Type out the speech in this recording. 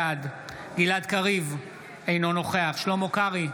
בעד גלעד קריב, אינו נוכח שלמה קרעי,